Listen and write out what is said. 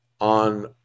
on